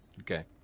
okay